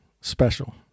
special